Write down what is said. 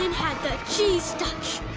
um had the cheese touch!